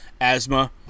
asthma